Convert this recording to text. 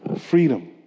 freedom